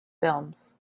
films